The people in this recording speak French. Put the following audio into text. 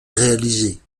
réalisés